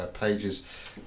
pages